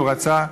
הוא רצה.